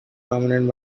dominant